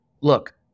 look